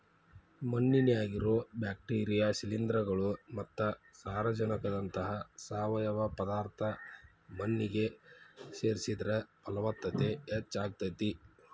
ಮಣ್ಣಿನ್ಯಾಗಿರೋ bacteria, ಶಿಲೇಂಧ್ರಗಳು ಮತ್ತ ಸಾರಜನಕದಂತಹ ಸಾವಯವ ಪದಾರ್ಥ ಮಣ್ಣಿಗೆ ಸೇರಿಸಿದ್ರ ಪಲವತ್ತತೆ ಹೆಚ್ಚಾಗ್ತೇತಿ